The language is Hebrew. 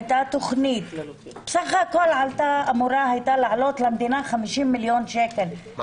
הייתה תכנית שבסך הכול הייתה אמורה לעלות למדינה 50 מיליון שקלים.